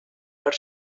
per